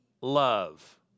love